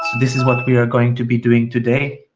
this is what we are going to be doing today.